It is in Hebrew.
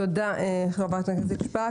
תודה, חברת הכנסת שפק.